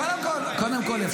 קודם כול, אפשר.